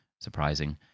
surprising